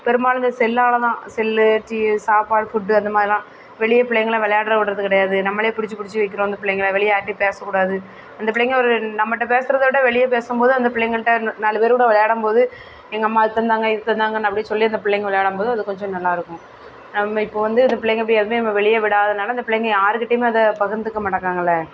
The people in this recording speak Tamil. பெரும்பாலும் இந்த செல்லால் தான் செல்லு டி சாப்பாடு ஃபுட்டு அந்த மாதிரி தான் வெளியே பிள்ளைங்களை விளாட்ற விட்றது கிடையாது நம்மளே பிடுச்சு பிடுச்சு வைக்கிறோம் அந்த பிள்ளைங்களை வெளியே யார்கிட்டையும் பேசக்கூடாது அந்த பிள்ளைங்கள் ஒரு நம்மகிட்ட பேசுகிறத விட வெளியே பேசும் போது அந்த பிள்ளைங்கள்கிட்ட நாலு பேர்கூட விளையாடம் போது எங்கள் அம்மா அது தந்தாங்க இது தந்தாங்கனு அப்படின் சொல்லி அந்த பிள்ளைங்க விளையாடும் போது அது கொஞ்சம் நல்லாயிருக்கும் நம்ம இப்போது வந்து அந்த பிள்ளைங்கள் இப்படி ஏற்கனவே நம்ம வெளியே விடாதனால் அந்த பிள்ளைங்கள் யாருக்கிட்டேயுமே அதை பகிர்ந்துக்க மாட்டேக்கராங்களே